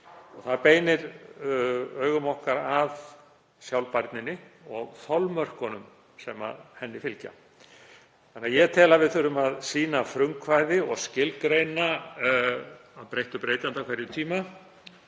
Það beinir augum okkar að sjálfbærninni og þolmörkunum sem henni fylgja. Ég tel að við þurfum að sýna frumkvæði og skilgreina, að breyttu breytanda á hverjum tíma,